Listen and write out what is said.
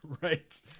right